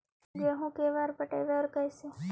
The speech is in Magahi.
गेहूं के बार पटैबए और कैसे?